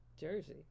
Jersey